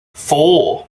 four